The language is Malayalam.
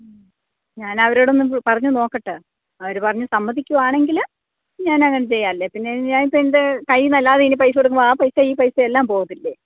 മ് ഞാൻ അവരോട് ഒന്നു പറഞ്ഞു നോക്കട്ടെ അവർ പറഞ്ഞു സമ്മതിക്കുകയാണെങ്കിൽ ഞാൻ അങ്ങനെ ചെയ്യാം അല്ലെങ്കിൽ പിന്നെ ഞാനിപ്പോൾ എൻ്റെ കയ്യിൽനിന്ന് അല്ലാതെ ഇനി പൈസ കൊടുക്കുമ്പോൾ ആ പൈസ ഈ പൈസ എല്ലാം പോകത്തില്ലേ